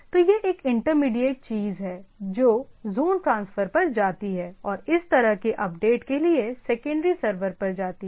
तो यह एक इंटरमीडिएट चीज़ है जो ज़ोन ट्रांसफ़र पर जाती है और इस तरह के अपडेट के लिए सेकंडरी सर्वर पर जाती है